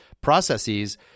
processes